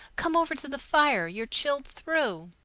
come over to the fire you're chilled through.